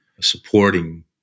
supporting